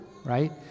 right